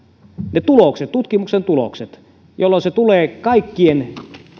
ne tutkimuksen tulokset jolloin ne tulevat kaikkien